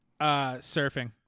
surfing